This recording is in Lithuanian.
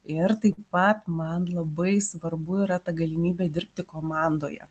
ir taip pat man labai svarbu yra ta galimybė dirbti komandoje